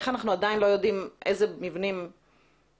איך אנחנו עדיין לא יודעים איזה מבנים נבנו בפלקל?